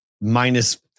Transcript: minus